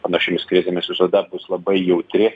panašiomis krizėmis visada bus labai jautri